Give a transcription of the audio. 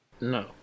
No